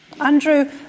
Andrew